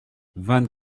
vingt